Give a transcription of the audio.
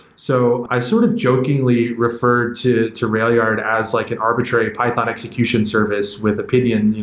so, i sort of jokingly referred to to railyard as like an arbitrary python execution service with opinion,